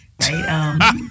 right